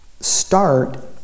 Start